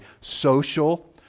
social